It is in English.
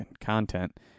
content